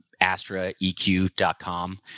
astraeq.com